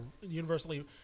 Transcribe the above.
universally